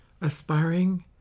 aspiring